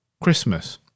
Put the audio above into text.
Christmas